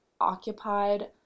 occupied